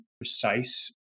precise